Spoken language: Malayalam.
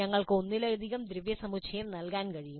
ഞങ്ങൾക്ക് ഒന്നിലധികം ദ്രവ്യസമുച്ചയം നൽകാൻ കഴിയും